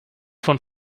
von